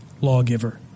lawgiver